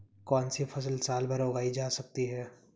कौनसी फसल साल भर उगाई जा सकती है?